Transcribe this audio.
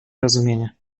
rozumienie